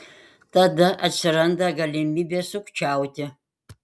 tada atsiranda galimybė sukčiauti